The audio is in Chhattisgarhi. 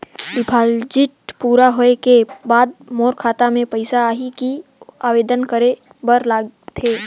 डिपॉजिट पूरा होय के बाद मोर खाता मे पइसा आही कि आवेदन करे बर लगथे?